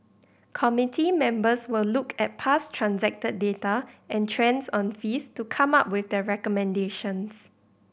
committee members will look at past transacted data and trends on fees to come up with their recommendations